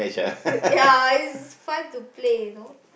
ya it's fun to play you know